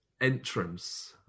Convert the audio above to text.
entrance